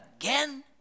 again